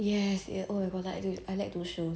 mm